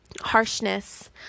harshness